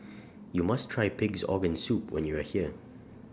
YOU must Try Pig'S Organ Soup when YOU Are here